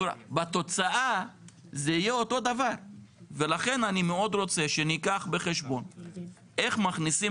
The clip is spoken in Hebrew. בתוצאה זה יהיה אותו דבר ולכן אני מאוד רוצה שניקח בחשבון איך מכניסים